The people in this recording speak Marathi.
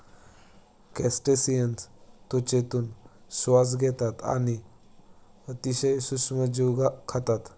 क्रस्टेसिअन्स त्वचेतून श्वास घेतात आणि अतिशय सूक्ष्म जीव खातात